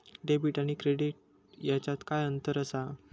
Debit आणि credit ह्याच्यात काय अंतर असा?